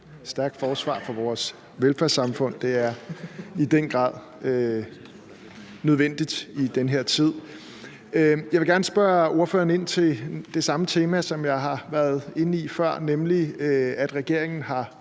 stærkt forsvar for vores velfærdssamfund. Det er i den grad nødvendigt i den her tid. Jeg vil gerne tage det tema op, som jeg har været inde på før, nemlig at regeringen har